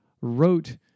wrote